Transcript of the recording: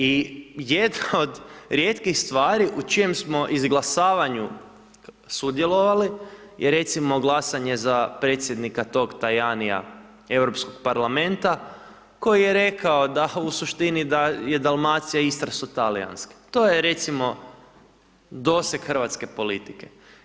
I jedna od rijetkih stvari u čijem smo izglasavanju sudjelovali je recimo glasanje za predsjednika tog Tajania Europskog parlamenta koji je rekao da u suštini, da je Dalmacija i Istra su talijanski, to je recimo doseg Hrvatske politike.